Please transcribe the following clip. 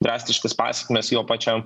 drastiškas pasekmes jo pačiam